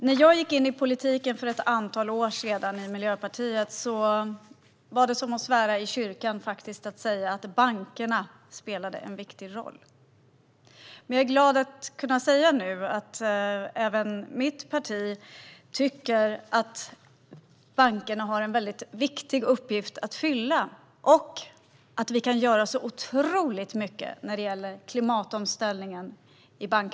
När jag gav mig in i politiken, i Miljöpartiet, för ett antal år sedan var det som att svära i kyrkan att säga att bankerna spelade en viktig roll. Men jag är glad att nu kunna säga att även mitt parti tycker att bankerna har en viktig uppgift att fylla och att vi kan göra kan göra mycket i bankväsendet när det gäller klimatomställningen.